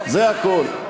זה הכול.